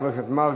חבר הכנסת מרגי,